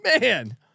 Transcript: man